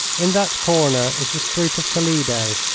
in that corner is the street of toledo.